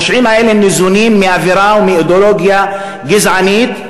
הפושעים האלה ניזונים מאווירה ומאידיאולוגיה גזענית,